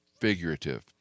figurative